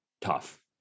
tough